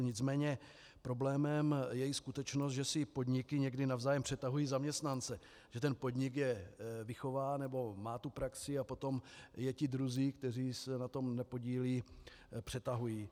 Nicméně problémem je i skutečnost, že si podniky někdy navzájem přetahují zaměstnance, že ten podnik je vychová, má tu praxi a potom je ti druzí, kteří se na tom nepodílejí, přetahují.